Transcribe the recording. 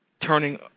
turning